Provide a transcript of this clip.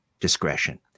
discretion